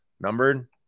numbered